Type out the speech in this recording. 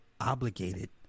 obligated